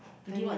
then we